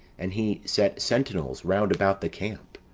and he set sentinels round about the camp.